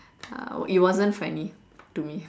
uh it wasn't funny to me